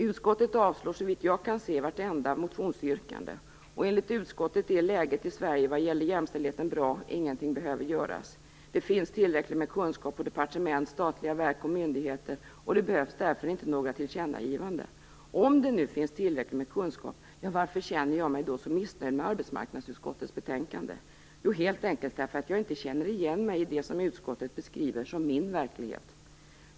Utskottet avstyrker såvitt jag kan se vartenda motionsyrkande. Enligt utskottet är läget i Sverige vad gäller jämställdheten bra - ingenting behöver göras. Det finns tillräckligt med kunskap på departement, statliga verk och myndigheter, och det behövs därför inte något tillkännagivande. Om det nu finns tillräckligt med kunskap - varför känner jag mig då så missnöjd med arbetsmarknadsutskottets betänkande? Jag känner helt enkelt inte igen mig i det som utskottet beskriver som min verklighet.